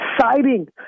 siding